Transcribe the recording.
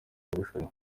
marushanwa